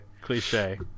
cliche